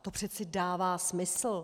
To přeci dává smysl.